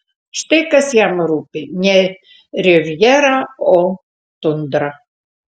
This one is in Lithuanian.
štai kas jam rūpi ne rivjera o tundra